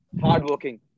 hardworking